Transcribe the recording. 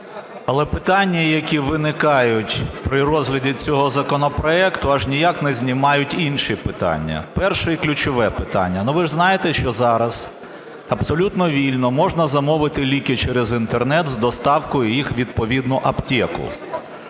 але питання, які виникають при розгляді цього законопроекту, аж ніяк не знімають інші питання. Перше і ключове питання. Ну, ви ж знаєте, що зараз абсолютно вільно можна замовити ліки через Інтернет з доставкою їх у відповідну аптеку,